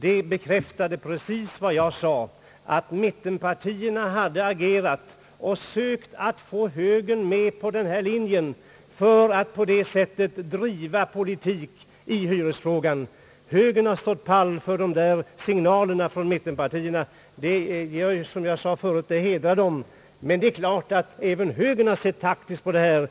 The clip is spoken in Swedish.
Det bekräftade precis vad jag sade, nämligen att mittenpartierna hade agerat och sökt att få högern med på denna linje för att på det sättet driva politik i hyresfrågan. Högern har stått pall för de där signalerna från mittenpartierna. Som jag sade förut, det hedrar dem. Men det är klart att även högern har sett taktiskt på denna fråga.